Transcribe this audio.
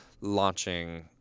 launching